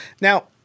Now